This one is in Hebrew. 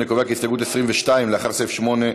אני קובע כי הסתייגות 22, לאחרי סעיף 8,